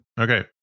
Okay